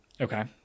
Okay